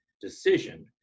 decision